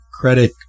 credit